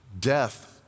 Death